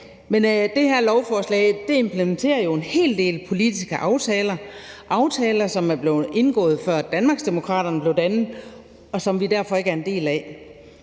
dag. Det her lovforslag implementerer jo en hel del politiske aftaler; aftaler, som er blevet indgået, før Danmarksdemokraterne blev dannet, og som vi derfor ikke er en del af.